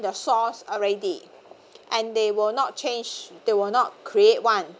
the source already and they will not change they will not create one